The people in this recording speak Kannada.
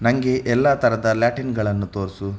ನನಗೆ ಎಲ್ಲ ಥರದ ಲ್ಯಾಟೀನ್ಗಳನ್ನು ತೋರಿಸು